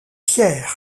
fier